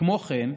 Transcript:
כמו כן,